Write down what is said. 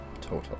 Total